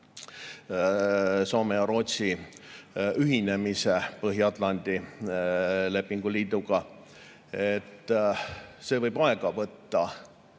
Soome ja Rootsi ühinemise Põhja-Atlandi lepingu liiduga. See võib aega võtta.